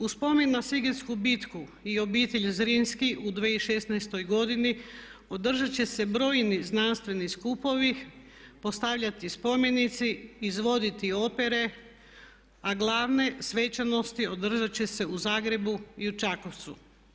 U spomen na sigetsku bitku i obitelj Zrinski u 2016. godini održat će se brojni znanstveni skupovi, postavljati spomenici, izvoditi opere a glavne svečanosti održat će se u Zagrebu i u Čakovcu.